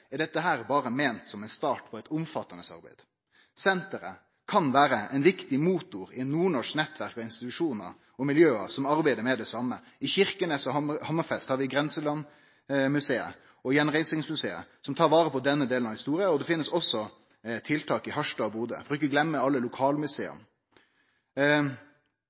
er dette berre meint som ein start på eit omfattande arbeid. Senteret kan vere ein viktig motor i nordnorske nettverk, institusjonar og miljø som arbeider med det same. I Kirkenes og Hammerfest har vi Grenselandmuseet og Gjenreisningsmuseet som tar vare på denne delen av historia, og det finst også tiltak i Harstad og Bodø, for ikkje å gløyme alle